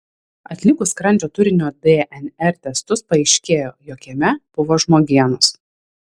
atlikus skrandžio turinio dnr testus paaiškėjo jog jame buvo žmogienos